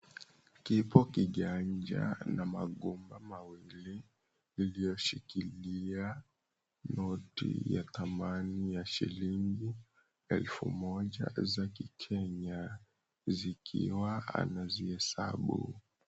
Kipo kiganja na magumba mawili iliyoshikilia noti ya thamani ya shilingi elfu moja za Kikenya, zikiwa anaziesabu.